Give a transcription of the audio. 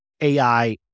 AI